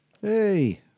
Hey